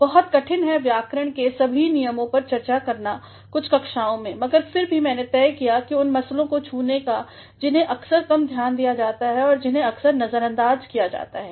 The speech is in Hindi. बहुत कठिन है व्याकरण के सभी नियमों पर चर्चा करना कुछ कक्षाओं में मगर फिर मैने तय किया है उन मसलों को छूने काजिन्हें अक्सर कम ध्यान दिया जाता है और जिन्हें अक्सर नज़र अंदाज़ किया जा रहा है